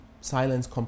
silence